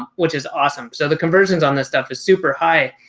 which is awesome. so the conversions on this stuff is super high.